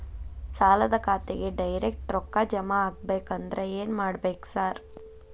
ಸಾಲದ ಖಾತೆಗೆ ಡೈರೆಕ್ಟ್ ರೊಕ್ಕಾ ಜಮಾ ಆಗ್ಬೇಕಂದ್ರ ಏನ್ ಮಾಡ್ಬೇಕ್ ಸಾರ್?